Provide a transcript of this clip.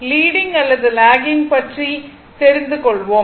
leading அல்லது lagging பற்றி முதலில் தெரிந்து கொள்வோம்